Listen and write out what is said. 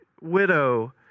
widow